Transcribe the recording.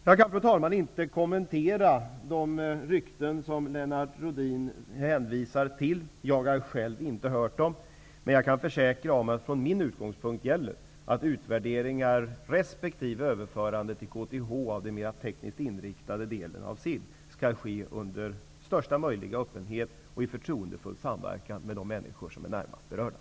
Jag kan, fru talman, inte kommentera de rykten som Lennart Rohdin hänvisar till. Jag har själv inte hört dem. Jag kan försäkra om att från min utgångspunkt gäller att utvärderingar resp. överförande till KTH av den mer tekniskt inriktade delen av SIB skall ske under största möjliga öppenhet och i förtroendefull samverkan med de människor som är närmast berörda.